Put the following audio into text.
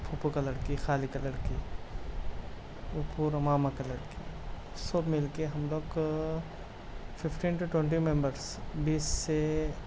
پھپھو کا لڑکی خالہ کا لڑکی پھپھو اور ماما کا لڑکی سب مل کے ہم لوک ففٹین ٹو ٹونٹی ممبرس بیس سے